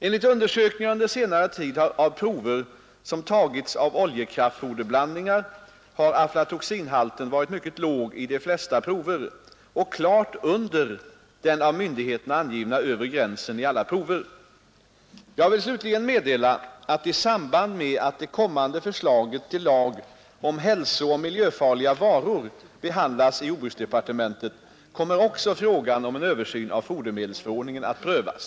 Enligt undersökningar under senare tid av prover som tagits av oljekraftfoderblandningar har aflatoxinhalten varit mycket låg i de flesta prover och klart under den av myndigheterna angivna övre gränsen i alla prover. Jag vill slutligen meddela att i samband med att det kommande förslaget till lag om hälsooch miljöfarliga varor behandlas i jordbruksdepartementet skall också frågan om en översyn av fodermedelsförordningen prövas.